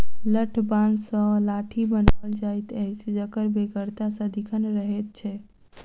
लठबाँस सॅ लाठी बनाओल जाइत अछि जकर बेगरता सदिखन रहैत छै